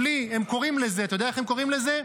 בלי, אתה יודע איך הם קוראים לזה?